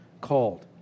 called